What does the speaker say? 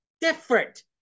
different